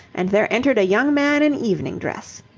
and there entered a young man in evening dress.